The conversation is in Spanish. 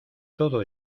todo